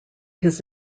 his